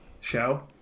show